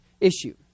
issue